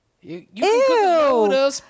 Ew